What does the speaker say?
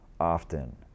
often